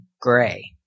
gray